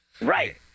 Right